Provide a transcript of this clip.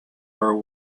her